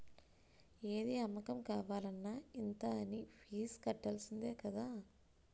ఏది అమ్మకం కావాలన్న ఇంత అనీ ఫీజు కట్టాల్సిందే కదా